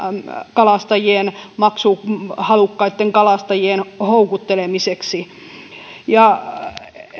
maksuhalukkaitten kalastajien houkuttelemiseksi